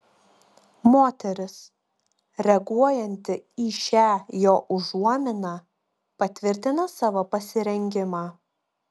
moteris reaguojanti į šią jo užuominą patvirtina savo pasirengimą